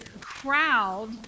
crowd